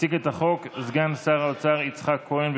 יציג את הצעת החוק סגן שר האוצר יצחק כהן.